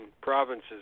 provinces